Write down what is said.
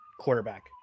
quarterback